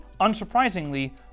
unsurprisingly